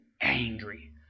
angry